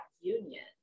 union